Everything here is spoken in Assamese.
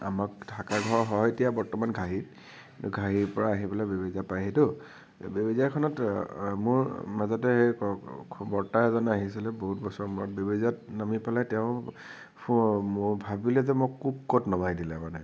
আমাক থাকা ঘৰ হয় এতিয়া বৰ্তমান ঘাঁহিত কিনু ঘাঁহিৰ পৰা আহি পেলাই বেবেজীয়া পায়হিতো বেবেজীয়াখনত মোৰ মাজতে বৰতা এজন আহিছিলে বহুত বছৰৰ মূৰত বেবেজীয়াত নামি পেলাই তেওঁ ভাৱিলে যে মোক ক'ত নমাই দিলে মানে